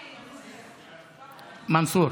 מנסור.